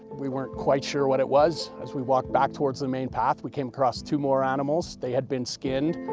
we weren't quite sure what it was. as we walked back towards the main path we came across two more animals. they had been skinned.